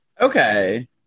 Okay